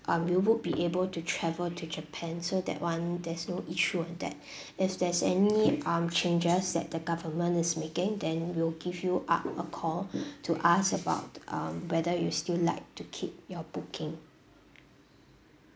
um we would be able to travel to japan so that [one] there's no issue on that if there's any um changes that the government is making then we'll give you up a call to ask about um whether you still like to keep your booking